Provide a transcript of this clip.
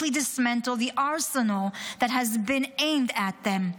dismantle the arsenal that has been aimed at them.